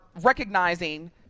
recognizing